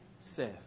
Seth